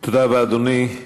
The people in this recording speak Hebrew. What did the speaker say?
תודה רבה, אדוני.